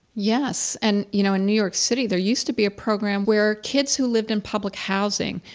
yes. and you know, in new york city, there used to be a program where kids who lived in public housing,